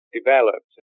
developed